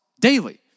Daily